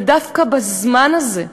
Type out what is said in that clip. ודווקא בזמן הזה,